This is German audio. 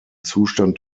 zustand